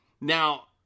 now